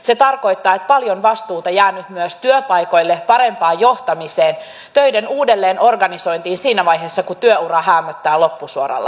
se tarkoittaa että paljon vastuuta jää nyt myös työpaikoille parempaan johtamiseen töiden uudelleenorganisointiin siinä vaiheessa kun työura häämöttää loppusuoralla